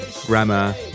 grammar